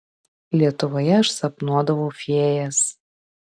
lietuvoje aš sapnuodavau fėjas